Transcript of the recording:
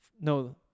No